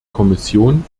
kommission